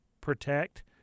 protect